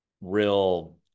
real